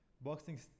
boxing